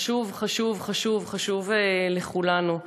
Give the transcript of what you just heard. חשוב חשוב חשוב חשוב לכולנו.